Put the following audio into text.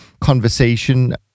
conversation